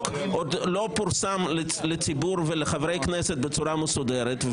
עוד לא פורסם לציבור ולחברי הכנסת בצורה מסודרת.